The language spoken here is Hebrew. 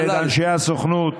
ואת אנשי הסוכנות,